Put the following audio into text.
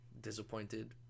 disappointed